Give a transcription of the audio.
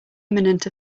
imminent